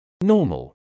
Normal